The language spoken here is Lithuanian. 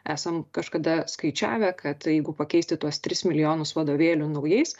esam kažkada skaičiavę kad jeigu pakeisti tuos tris milijonus vadovėlių naujais